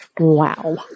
Wow